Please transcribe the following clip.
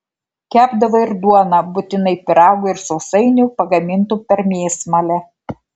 kepdavo ir duoną būtinai pyragų ir sausainių pagamintų per mėsmalę